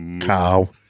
cow